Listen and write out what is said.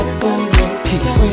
peace